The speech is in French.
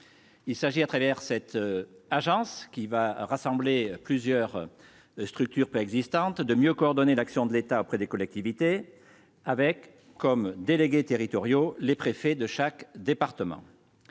Il s'agit, à travers cette agence qui va rassembler plusieurs structures existantes de mieux coordonner l'action de l'État auprès des collectivités, avec comme délégués territoriaux, les préfets de chaque département,